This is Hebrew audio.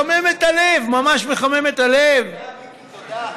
מחמם את הלב, ממש מחמם את הלב, תודה, מיקי, תודה.